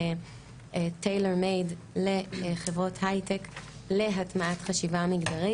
Tailor made לחברות הייטק להטמעת חשיבה מגדרית.